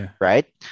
right